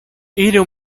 iru